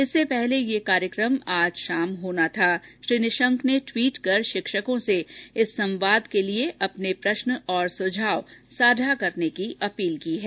इससे पहले यह कार्यक्रम आज शाम होना था श्री निशंक ने ट्वीट कर शिक्षकों से इस संवाद के लिए अपने प्रश्न और सुझाव साझा करने की अपील की है